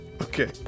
Okay